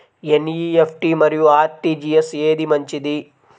NEFT మరియు RTGS ఏది మంచిది?